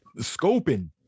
scoping